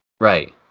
Right